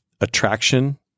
Attraction